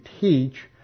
teach